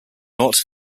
not